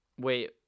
Wait